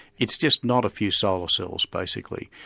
it's just not a few solar cells basically,